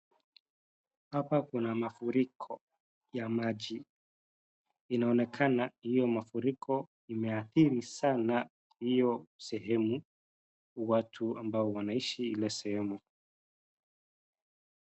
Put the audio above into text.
Hapa kuna mafuriko ya maji, inaoenekana hiyo mafuriko imeathiri sana hiyo sehemu, watu ambao wanaishi ile sehemu.